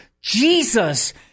Jesus